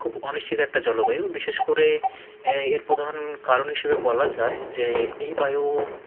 খুব অনিশ্চিত একটা জলবায়ু বিশেষ করে এর প্রধান কারণ হিসাবে বলা যায় যে এই বায়ু